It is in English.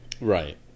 Right